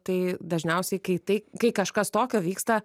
tai dažniausiai kai tai kai kažkas tokio vyksta